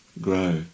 grow